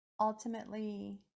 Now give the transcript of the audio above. ultimately